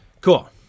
Cool